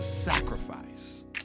sacrifice